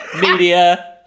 media